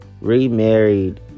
Remarried